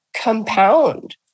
compound